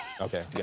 Okay